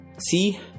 see